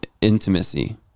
intimacy